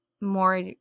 more